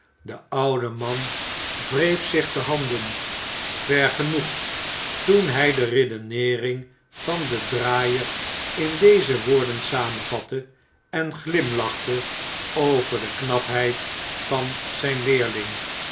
de oude man wreef zich de handen vergenoegd toen hij de redeneering van den draaier in deze woorden samenvatte en glimlachte over de knapheid van zijn leerling